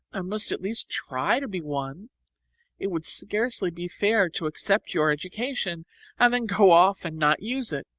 i must at least try to be one it would scarcely be fair to accept your education and then go off and not use it.